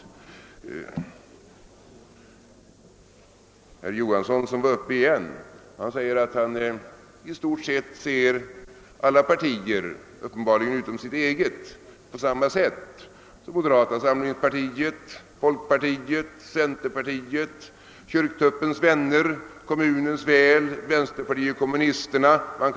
Herr Johansson i Trollhättan sade att han i stort sett ser alla partier — uppenbarligen utom sitt eget — på samma sätt: moderata samlingspartiet, folkpartiet, centerpartiet, »Kyrktuppens vänner», »Kommunens väl», vänsterpartiet kommunisterna etc.